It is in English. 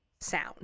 sound